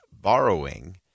borrowing